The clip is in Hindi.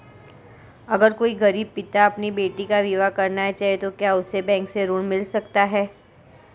अगर कोई गरीब पिता अपनी बेटी का विवाह करना चाहे तो क्या उसे बैंक से ऋण मिल सकता है?